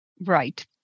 Right